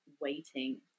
waiting